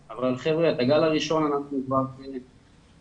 הגל הראשון מאחורינו ואנחנו כנראה בצעדי